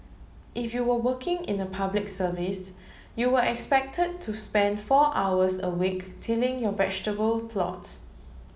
if you were working in the Public Service you were expected to spend four hours a week tilling your vegetable plots